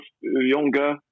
younger